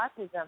autism